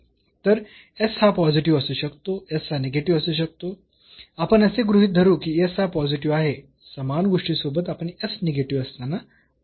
तर s हा positive असू शकतो s हा निगेटिव्ह असू शकतो आपण असे गृहीत धरू की s हा पॉझिटिव्ह आहे समान गोष्टीसोबत आपण s निगेटिव्ह असताना वाद करू शकतो